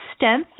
stents